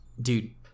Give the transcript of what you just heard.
dude